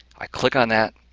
i click on that,